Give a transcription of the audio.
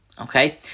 okay